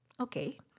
Okay